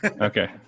Okay